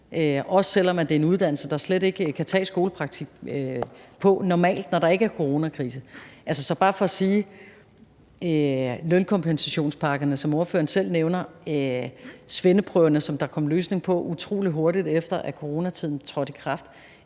også selv om det er en uddannelse, som der slet ikke kan tages skolepraktik på normalt, når der ikke er coronakrise. Så det er bare for at sige det i forhold til lønkompensationspakkerne, som ordføreren selv nævner, og svendeprøven, som der kom en løsning på, utrolig hurtigt efter at coronatiden trådte i kraft.